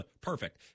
Perfect